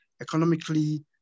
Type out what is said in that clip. economically